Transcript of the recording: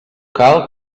cal